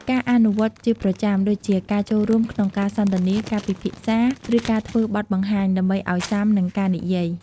ការ អនុវត្តជាប្រចាំ ដូចជាការចូលរួមក្នុងការសន្ទនា ការពិភាក្សា ឬការធ្វើបទបង្ហាញ ដើម្បីឱ្យស៊ាំនឹងការនិយាយ។